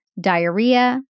diarrhea